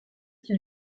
qu’il